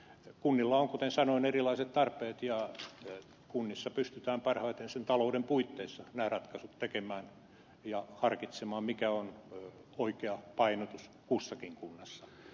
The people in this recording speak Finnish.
kunnilla on kuten sanoin erilaiset tarpeet ja kunnissa pystytään parhaiten sen talouden puitteissa nämä ratkaisut tekemään ja harkitsemaan mikä on oikea painotus kussakin kunnassa